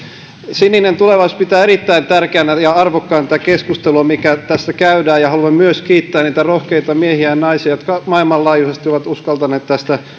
sininen tulevaisuus pitää erittäin tärkeänä ja arvokkaana tätä keskustelua mikä tässä käydään ja haluan myös kiittää niitä rohkeita miehiä ja naisia jotka maailmanlaajuisesti ovat uskaltaneet tästä